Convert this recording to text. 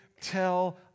tell